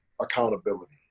accountability